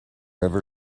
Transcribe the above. ever